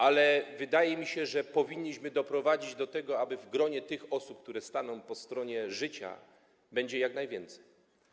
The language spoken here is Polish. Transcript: Ale wydaje mi się, że powinniśmy doprowadzić do tego, aby grono tych osób, które staną po stronie życia, było jak największe.